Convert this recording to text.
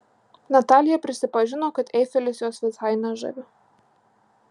natalija prisipažino kad eifelis jos visai nežavi